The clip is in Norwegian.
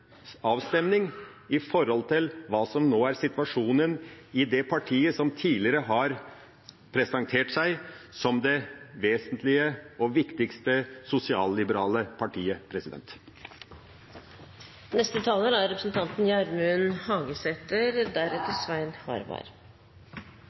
avstemning med hensyn til hva som nå er situasjonen i det partiet som tidligere har presentert seg som det vesentlige og viktigste sosialliberale partiet. Grunnen til at eg tok ordet no, er at eg greidde å gjere representanten